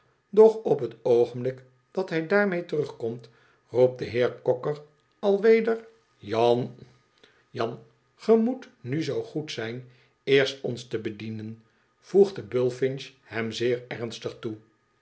doch op het oogenblik dat hij daarmee terugkomt roept de heer cocker al weder jan jan ge moet nu zoo goed zijn eerst ons te bedienen voegde bullfinch hem zeer ernstig toe